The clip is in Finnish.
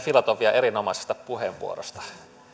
filatovia erinomaisesta puheenvuorosta